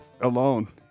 Alone